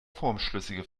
formschlüssige